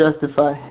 justify